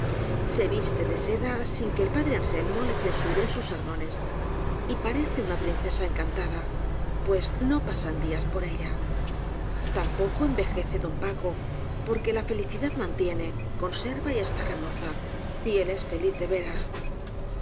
se viste de seda sin que el pa dre anselmo la censure en sus sermones y parece una princesa encantada pues no pasan días por ella tampoco envejece don paco porque la felici dad mantiene conserva y hasta remoza y él es feliz de veras